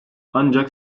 ancak